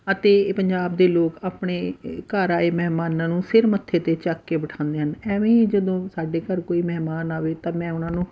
ਅਤੇ ਇਹ ਪੰਜਾਬ ਦੇ ਲੋਕ ਆਪਣੇ ਘਰ ਆਏ ਮਹਿਮਾਨਾਂ ਨੂੰ ਸਿਰ ਮੱਥੇ 'ਤੇ ਚੱਕ ਕੇ ਬਿਠਾਉਂਦੇ ਹਨ ਐਵੇਂ ਹੀ ਜਦੋਂ ਸਾਡੇ ਘਰ ਕੋਈ ਮਹਿਮਾਨ ਆਵੇ ਤਾਂ ਮੈਂ ਉਹਨਾਂ ਨੂੰ